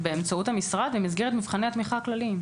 באמצעות המשרד במסגרת מבחני התמיכה הכלליים.